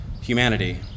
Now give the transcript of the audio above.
humanity